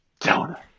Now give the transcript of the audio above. donut